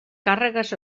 càrregues